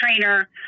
trainer